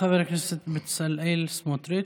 תודה, חבר הכנסת בצלאל סמוטריץ'.